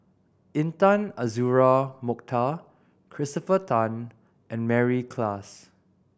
Intan Azura Mokhtar Christopher Tan and Mary Klass